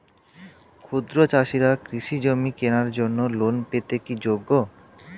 ক্ষুদ্র চাষিরা কৃষিজমি কেনার জন্য লোন পেতে কি যোগ্য?